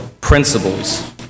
principles